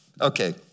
okay